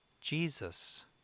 jesus